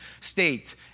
state